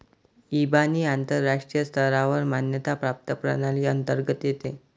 इबानी आंतरराष्ट्रीय स्तरावर मान्यता प्राप्त प्रणाली अंतर्गत येते